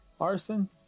arson